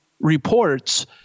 Reports